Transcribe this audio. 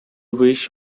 wish